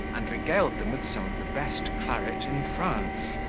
and regaled them with some of the best claret in france.